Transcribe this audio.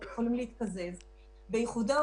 סוגיית קרן